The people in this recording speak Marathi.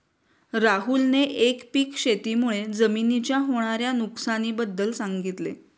राहुलने एकपीक शेती मुळे जमिनीच्या होणार्या नुकसानी बद्दल सांगितले